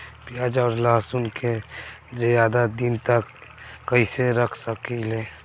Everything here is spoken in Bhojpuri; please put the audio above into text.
प्याज और लहसुन के ज्यादा दिन तक कइसे रख सकिले?